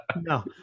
No